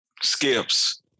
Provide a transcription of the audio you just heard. skips